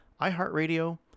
iHeartRadio